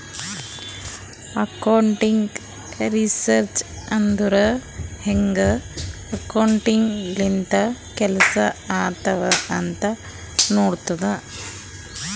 accounting research ಅಂದುರ್ ಹ್ಯಾಂಗ್ accounting ಲಿಂತ ಕೆಲ್ಸಾ ಆತ್ತಾವ್ ಅಂತ್ ನೋಡ್ತುದ್